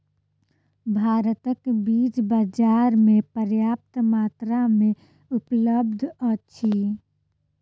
भारतक बीज बाजार में पर्याप्त मात्रा में उपलब्ध अछि